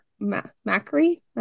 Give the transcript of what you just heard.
Macri